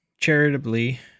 charitably